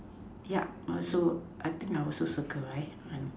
yeah not so I think I also circle right